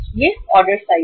यह order size है